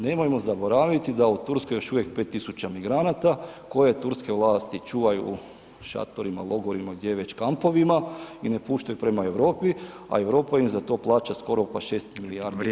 Nemojmo zaboraviti da u Turskoj još uvijek 5.000 migranata koje turske vlasti čuvaju u šatorima, logorima gdje već kampovima i ne puštaju prema Europi, a Europa im za to plaća skoro [[Upadica: Vrijeme.]] pa 6 milijardi EUR-a.